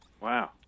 Wow